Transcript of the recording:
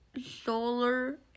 solar